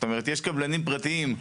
יש קבלנים פרטיים,